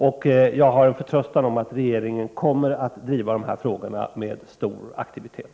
Och jag har en förtröstan om att regeringen kommer att driva dessa frågor med stor aktivitet.